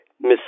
Miss